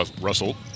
Russell